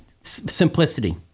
simplicity